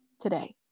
today